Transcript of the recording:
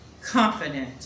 confident